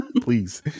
Please